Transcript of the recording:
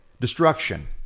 destruction